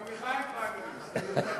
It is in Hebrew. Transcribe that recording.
אידיאולוגיה זה לא.